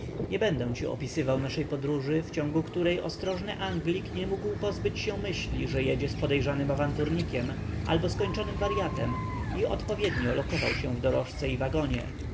nie będę ci opisywał naszej podróży w ciągu której ostrożny anglik nie mógł pozbyć się myśli że jedzie z podejrzanym awanturnikiem albo skończonym waryatem i odpowiednio lokował się w dorożce i wagonie